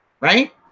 right